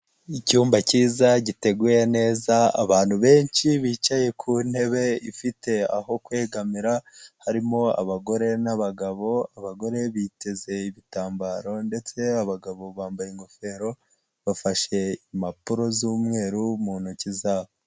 Icyumba kiza giteguye neza abantu benshi bicaye ku ntebe ifite aho kwegamira harimo abagore n'abagabo abagore biteze ibitambaro ndetse abagabo bambaye ingofero bafashe impapuro z'umweru mu ntoki zabo.